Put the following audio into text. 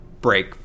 break